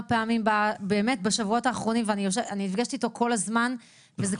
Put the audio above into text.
פעמים באמת בשבועות האחרונים ואני נפגשת איתו כל הזמן וזה